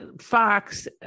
Fox